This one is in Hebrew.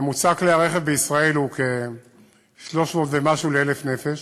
ממוצע כלי הרכב בישראל הוא כ-300 ומשהו ל-1,000 נפש,